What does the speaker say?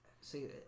See